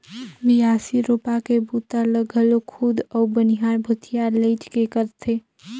बियासी, रोपा के बूता ल घलो खुद अउ बनिहार भूथिहार लेइज के करथे